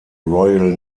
royal